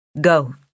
Go